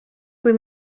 kui